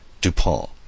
Dupont